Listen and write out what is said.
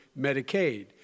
Medicaid